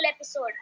episode